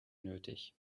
nötig